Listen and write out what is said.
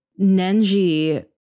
Nenji